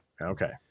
Okay